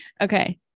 Okay